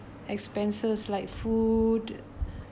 expenses like food